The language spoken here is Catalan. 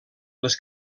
les